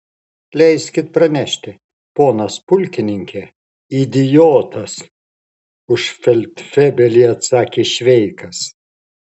leiskit pranešti ponas pulkininke idiotas už feldfebelį atsakė šveikas